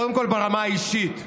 קודם כול, ברמה האישית אני,